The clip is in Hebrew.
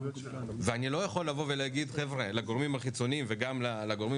אני לא יכול להגיד לגורמים החיצוניים וגם לגורמים